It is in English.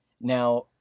now